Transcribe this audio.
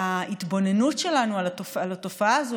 ההתבוננות שלנו על התופעה הזאת,